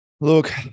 Look